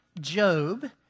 Job